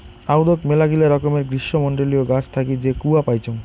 আদৌক মেলাগিলা রকমের গ্রীষ্মমন্ডলীয় গাছ থাকি যে কূয়া পাইচুঙ